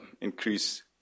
increase